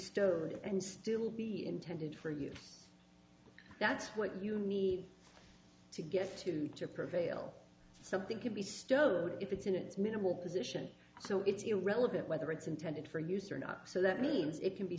sturdy and still be intended for you that's what you need to get to to prevail something can be stowed if it's in it's minimal position so it's irrelevant whether it's intended for use or not so that means it can be